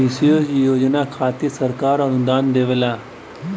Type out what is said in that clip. विशेष योजना खातिर सरकार अनुदान देवला